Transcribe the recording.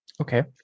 Okay